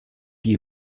die